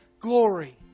glory